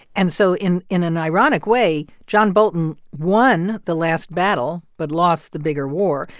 and so in in an ironic way, john bolton won the last battle but lost the bigger war.